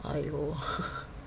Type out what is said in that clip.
!aiyo!